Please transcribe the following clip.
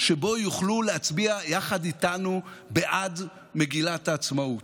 שבו הם יוכלו להצביע יחד איתנו בעד מגילת העצמאות,